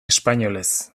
espainolez